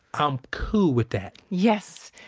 i'm cool with that yes.